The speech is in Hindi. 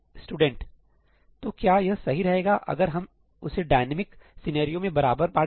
स्टूडेंट तो क्या यह सही रहेगा अगर हम उसे डायनेमिक सिनेरियो में बराबर में बांटे